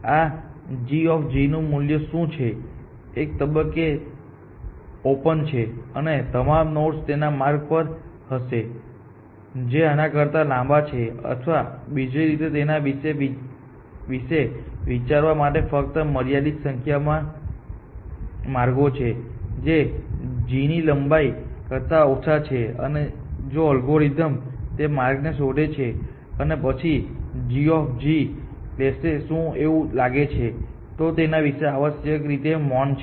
આ gનું મૂલ્ય શું છે જે એક તબક્કે ઓપન છે અને તમામ નોડેસ તેના માર્ગો પર હશે જે આના કરતા લાંબા છે અથવા બીજી રીતે તેના વિશે વિચારવા માટેફક્ત મર્યાદિત સંખ્યામાં માર્ગો છે જે g ની આ લંબાઈ કરતા ઓછા છે અને જો અલ્ગોરિધમ તે માર્ગોને શોધે છે અને પછી તે g લેશે શું એવું લાગે છે કે તેઓ તેના વિશે આવશ્યકરીતે મૌન છે